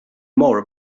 more